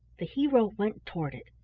the hero went toward it,